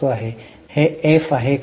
हे एफ आहे का